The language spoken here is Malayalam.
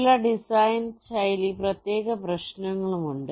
ചില ഡിസൈൻ ശൈലി പ്രത്യേക പ്രശ്നങ്ങളും ഉണ്ട്